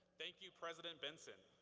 thank you, president benson.